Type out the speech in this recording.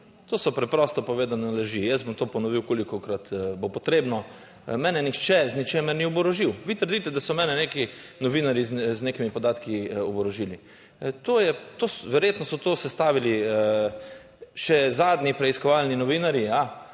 To so preprosto povedane laži. Jaz bom to ponovil, kolikokrat bo potrebno. Mene nihče z ničemer ni oborožil. Vi trdite, da so mene neki novinarji z nekimi podatki oborožili. Verjetno so to sestavili še zadnji preiskovalni novinarji